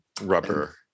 rubber